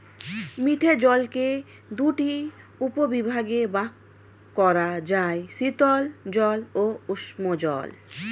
মিঠে জলকে দুটি উপবিভাগে ভাগ করা যায়, শীতল জল ও উষ্ঞ জল